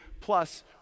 plus